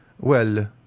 Well